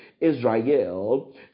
Israel